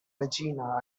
regina